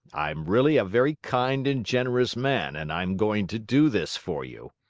i am really a very kind and generous man and i am going to do this for you!